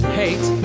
hate